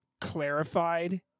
clarified